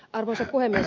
arvoisa puhemies